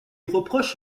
reproche